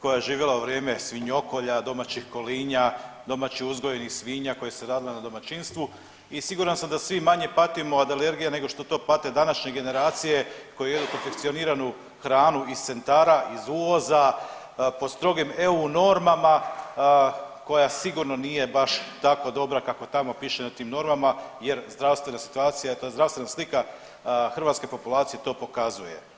koja je živjela u vrijeme svinjokolja, domaćih kolinja, domaće uzgojenih svinja koje su se radile na domaćinstvu i siguran sam da svi manje patimo od alergija nego što to pate današnje generacije koje jedu konfekcioniranu hranu iz centara iz uvoza po strogim EU normama koja sigurno nije baš tako dobra kako tamo piše na tim normama jer zdravstvena situacija i ta zdravstvena slika hrvatske populacije to pokazuje.